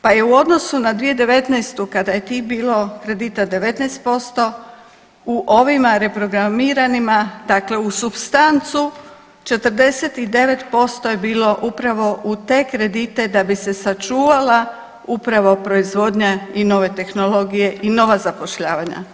Pa je u odnosu na 2019. kada je tih bilo kredita 19% u ovima reprogramiranima dakle uz supstancu 49% je bilo upravo u te kredite da bi se sačuvala upravo proizvodnja i nove tehnologije i nova zapošljavanja.